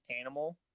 animal